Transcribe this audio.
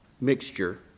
mixture